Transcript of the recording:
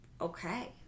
Okay